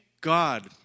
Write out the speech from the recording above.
God